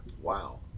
Wow